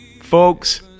folks